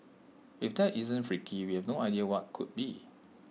if that isn't freaky we have no idea what could be